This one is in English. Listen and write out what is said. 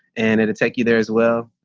and it'll take you there as well.